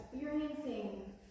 experiencing